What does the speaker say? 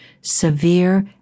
Severe